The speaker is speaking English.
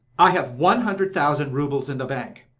i have one hundred thousand roubles in the bank.